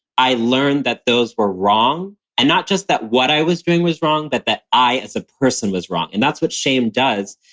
i learned that those were wrong and not just that what i was doing was wrong, but that i as a person was wrong. and that's what shame does,